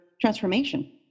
transformation